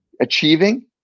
achieving